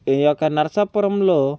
ఈ యొక్క నరసాపురంలో